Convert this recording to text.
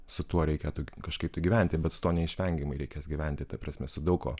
su tuo reikėtų kažkaip tai gyventi bet su tuo neišvengiamai reikės gyventi ta prasme su daug kuo